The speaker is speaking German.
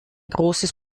großes